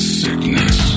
sickness